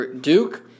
Duke